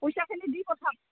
পইচাখিনি দি পঠাম